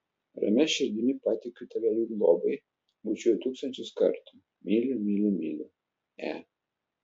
ramia širdimi patikiu tave jų globai bučiuoju tūkstančius kartų myliu myliu myliu e